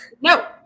no